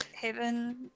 heaven